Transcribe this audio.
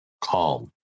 Calm